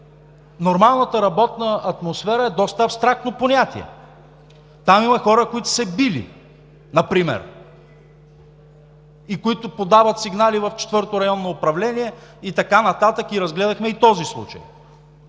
нормалната работна атмосфера е доста абстрактно понятие. Там има хора, които са се били, например, и които подават сигнали в Четвърто районно управление и така нататък. Разгледахме и този случай,